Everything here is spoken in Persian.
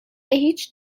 هیچ